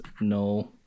No